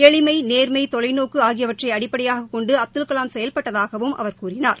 எளிமை நேர்மை தொலைநோக்கு ஆகியவற்றை அடிப்படையாகக் கொண்டு அப்துல்கலாம் செயல்பட்டதாகவும் அவர் கூறினார்